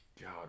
God